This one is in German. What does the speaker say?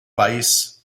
weiß